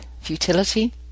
Futility